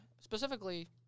specifically